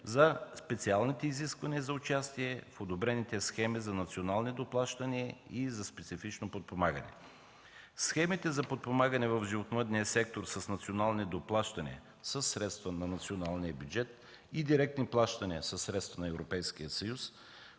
за специалните изисквания за участие в одобрените схеми за национални доплащания и за специфично подпомагане. Схемите за подпомагане в животновъдния сектор с национални доплащания със средства на националния бюджет и директни плащания със средства на Европейския съюз,